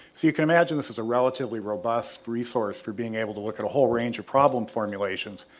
you can imagine this is a relatively robust resouce for being able to look at a whole range of problem formulations.